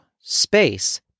space